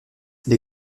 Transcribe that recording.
les